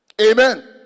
Amen